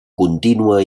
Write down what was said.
contínua